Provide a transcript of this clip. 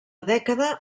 dècada